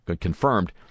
confirmed